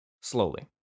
slowly